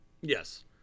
Yes